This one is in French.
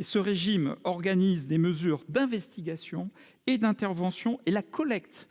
Ce régime organise des mesures d'investigation et d'intervention et la collecte